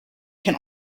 can